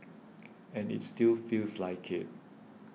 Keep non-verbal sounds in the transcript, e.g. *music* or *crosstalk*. *noise* and it still feels like it